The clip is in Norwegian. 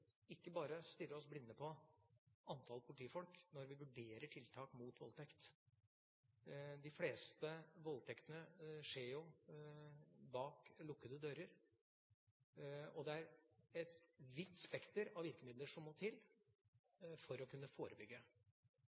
ikke bare stirre oss blinde på antallet politifolk når vi vurderer tiltak mot voldtekt. De fleste voldtektene skjer bak lukkede dører, og det er et vidt spekter av virkemidler som må til for å forebygge.